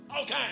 Okay